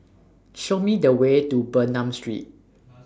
Show Me The Way to Bernam Street